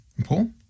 Paul